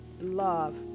love